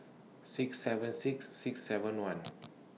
six seven six six seven one